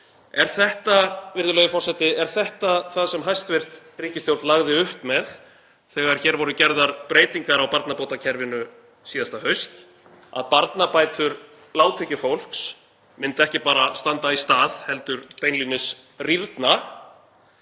forseti, það sem hæstv. ríkisstjórn lagði upp með þegar hér voru gerðar breytingar á barnabótakerfinu síðasta haust, að barnabætur lágtekjufólks myndu ekki bara standa í stað heldur beinlínis rýrna?